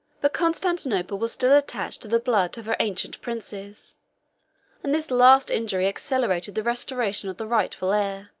but constantinople was still attached to the blood of her ancient princes and this last injury accelerated the restoration of the rightful heir.